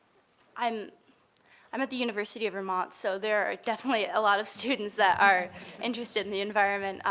i'm i'm at the university of vermont, so there are definitely a lot of students that are interested in the environment,